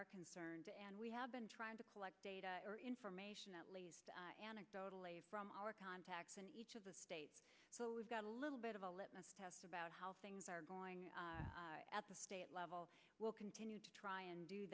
are concerned and we have been trying to collect data or information at least anecdotally from our contacts in each of the states so we've got a little bit of a litmus test about how things are going at the state level we'll continue to try and do